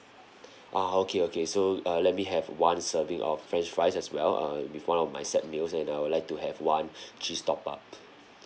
ah okay okay so uh let me have one serving of french fries as well uh with one of my set meals and I would like to have one cheese top up